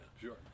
sure